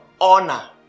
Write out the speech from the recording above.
honor